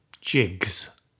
Jigs